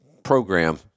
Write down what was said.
program